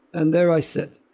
and there i sit.